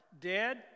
dead